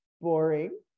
boring